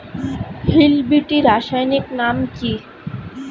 Hill বিটি রাসায়নিক নাম কি?